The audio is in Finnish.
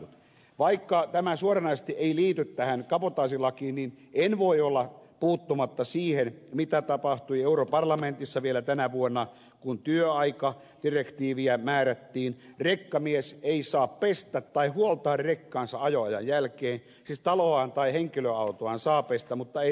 vaikka tämä suoranaisesti ei liity tähän kabotaasilakiin niin en voi olla puuttumatta siihen mitä tapahtui europarlamentissa vielä tänä vuonna kun työaika direktiiviä määrättiin rekkamies ei saa pestä tai huoltaa rekkaansa ajoajan jälkeen kisataloaan tai henkilöautoaan saa pestä mutta ei